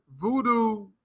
voodoo